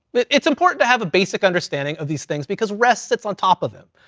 but it's important to have a basic understanding of these things, because rest sits on top of them.